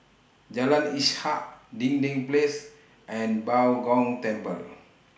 Jalan Ishak Dinding Place and Bao Gong Temple